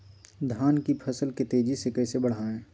धान की फसल के तेजी से कैसे बढ़ाएं?